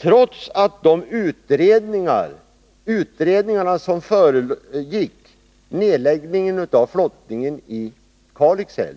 Trots att de utredningar som föregick nedläggningen av flottningen i Kalix älv